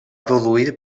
produir